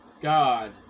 God